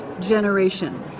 generation